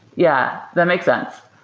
yeah, that makes sense.